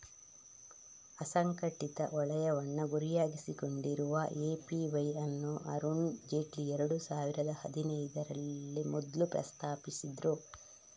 ಅಸಂಘಟಿತ ವಲಯವನ್ನ ಗುರಿಯಾಗಿಸಿಕೊಂಡಿರುವ ಎ.ಪಿ.ವೈ ಅನ್ನು ಅರುಣ್ ಜೇಟ್ಲಿ ಎರಡು ಸಾವಿರದ ಹದಿನೈದರಲ್ಲಿ ಮೊದ್ಲು ಪ್ರಸ್ತಾಪಿಸಿದ್ರು